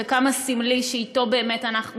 וכמה סמלי שאתו באמת אנחנו